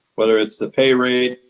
whether it's the pay rate,